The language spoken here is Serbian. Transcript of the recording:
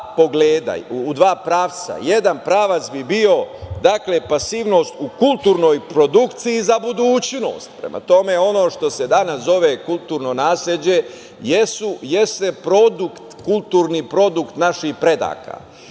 u dva pravca. Jedan pravac bi bio pasivnost u kulturnoj produkciji za budućnost. Prema tome, ono što se danas zove kulturno nasleđe jeste produkt, kulturni produkt naših predaka.